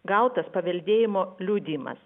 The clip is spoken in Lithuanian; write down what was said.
gautas paveldėjimo liudijimas